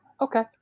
okay